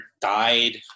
died